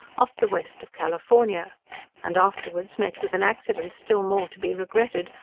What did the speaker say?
off the west of california and afterwards met with an accident still more to be regretted,